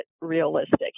realistic